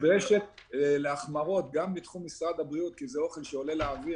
נדרשת להחמרות גם בתחום משרד הבריאות כי זה אוכל שעולה לאוויר